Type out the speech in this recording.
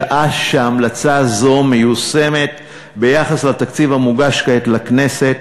שעה שהמלצה זו מיושמת ביחס לתקציב המוגש כעת לכנסת